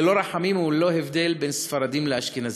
ללא רחמים וללא הבדל בין ספרדים לאשכנזים.